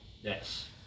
Yes